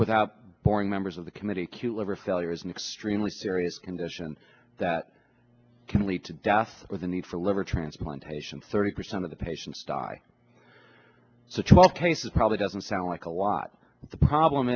without boring members of the committee q liver failure is an extremely serious condition that can lead to death or the need for a liver transplant patient thirty percent of the patients die so twelve cases probably doesn't sound like a lot but the problem